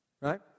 Right